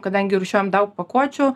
kadangi rūšiuojam daug pakuočių